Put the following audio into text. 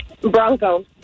Bronco